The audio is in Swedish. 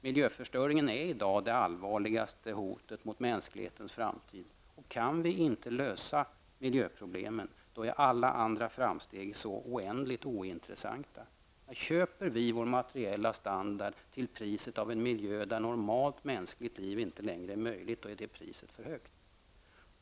Miljöförstöringen är i dag det allvarligaste hotet mot mänsklighetens framtid. Och om vi inte kan lösa miljöproblemen så är alla andra framsteg så oändligt ointressanta. Om vi köper vår materiella standard till priset av en miljö där normalt mänskligt liv inte längre är möjligt, då är det priset för högt.